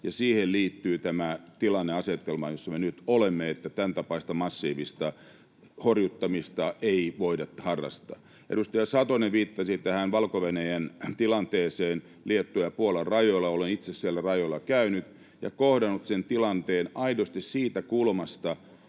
siihen liittyy tämä tilanne ja asetelma, jossa me nyt olemme, että tämäntapaista massiivista horjuttamista ei voida harrastaa. Edustaja Satonen viittasi Valko-Venäjän tilanteeseen Liettuan ja Puolan rajoilla. Olen itse siellä rajoilla käynyt ja kohdannut sen tilanteen aidosti siitä kulmasta,